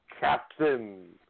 Captain